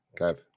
Kev